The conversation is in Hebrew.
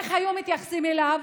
איך היו מתייחסים אליו?